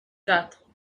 quatre